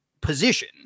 position